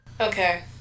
Okay